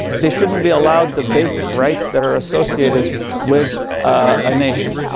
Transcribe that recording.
they shouldn't be allowed the basic rights that are associated with a nation.